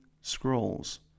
Scrolls